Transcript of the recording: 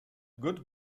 good